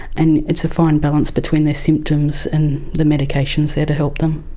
and it's a fine balance between their symptoms and the medications there to help them.